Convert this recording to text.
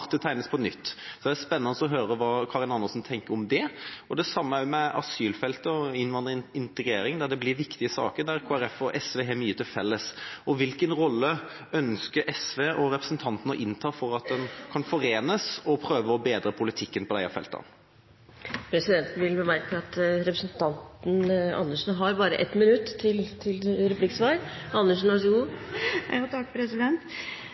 tegnes på nytt. Det er spennende å høre hva Karin Andersen tenker om det. Det samme gjelder også asylfeltet og integrering, som er viktige saker der Kristelig Folkeparti og SV har mye til felles. Hvilken rolle ønsker SV og representanten å innta for at en kan forenes og prøve å bedre politikken på disse feltene? Presidenten vil bemerke at representanten Andersen bare har 1 minutt til